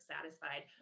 satisfied